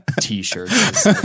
t-shirts